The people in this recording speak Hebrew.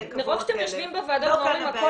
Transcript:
אתם יושבים כאן בוועדות ואומרים שהכל